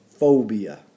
phobia